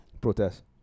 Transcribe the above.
protest